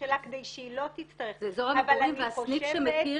שלה כדי שהיא לא תצטרך --- זה אזור המגורים והסניף שמכיר